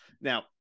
Now